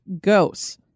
ghosts